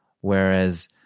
Whereas